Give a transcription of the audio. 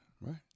right